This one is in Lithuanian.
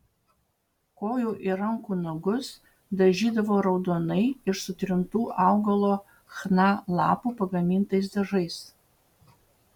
kojų ir rankų nagus dažydavo raudonai iš sutrintų augalo chna lapų pagamintais dažais